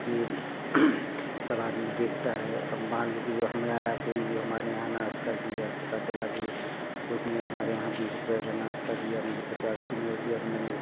ये सब आदमी देखता है अब मान लो कि हमरा हमारा कोई हमारे यहाँ नाश्ता किया पता चला कि उसने हमारे यहाँ बीस रुपये का नाश्ता किया मुझे पचास की नोट दिया तो मैंने